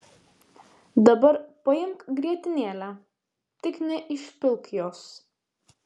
dabar paimk grietinėlę tik neišpilk jos